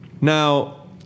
Now